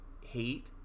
hate